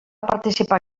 participar